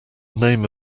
name